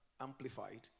Amplified